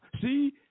See